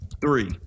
Three